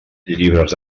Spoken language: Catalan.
llibres